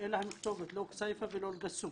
אין להם כתובת, לא כסיפה ולא אל קאסום.